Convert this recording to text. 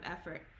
effort